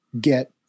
get